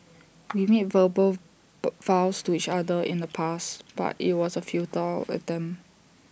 we made verbal vows to each other in the past but IT was A futile attempt